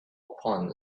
upon